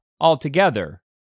altogether